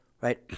right